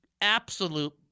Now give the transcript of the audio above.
absolute